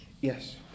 Yes